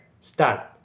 start